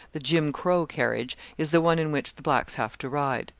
the jim crow carriage is the one in which the blacks have to ride.